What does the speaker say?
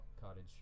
cottage